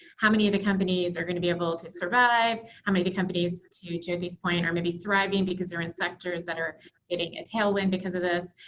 how many of the companies are going to be able to survive? how many companies to to this point are maybe thriving because they're in sectors that are getting a tailwind because of this?